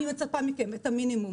אני מצפה מכם את המינימום,